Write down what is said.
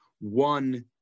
one